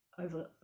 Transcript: over